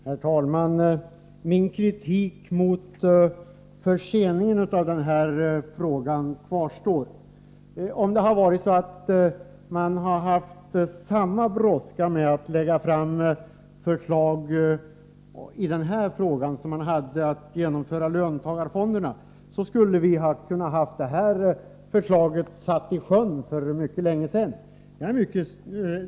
Herr talman! Min kritik mot förseningen av den här frågan kvarstår. Om man hade haft samma brådska med att lägga fram ett förslag i denna fråga som beträffande löntagarfonderna hade vi kunnat ha detta förslag satt i sjön för mycket länge sedan.